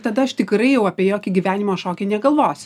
tada aš tikrai jau apie jokį gyvenimo šokį negalvosiu